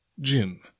Jim